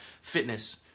fitness